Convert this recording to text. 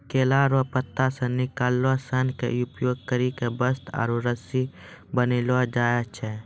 केला रो पत्ता से निकालो सन के उपयोग करी के वस्त्र आरु रस्सी बनैलो जाय छै